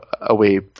away